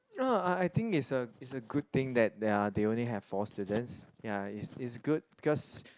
I I I think its's it's a good thing that they are they only have four students ya it's it's good because